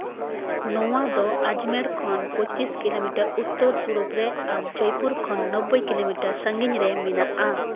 ᱱᱚᱣᱟᱫᱚ ᱟᱡᱽᱢᱮᱲ ᱠᱷᱚᱱ ᱯᱚᱸᱪᱤᱥ ᱠᱤᱞᱳᱢᱤᱴᱟᱨ ᱩᱛᱛᱚᱨ ᱯᱩᱨᱚᱵᱽ ᱨᱮ ᱟᱨ ᱡᱚᱭᱯᱩᱨ ᱠᱷᱚᱱ ᱱᱚᱵᱽᱵᱳᱭ ᱠᱤᱞᱚᱢᱤᱴᱟᱨ ᱥᱟᱺᱜᱤᱧ ᱨᱮ ᱢᱮᱱᱟᱜᱼᱟ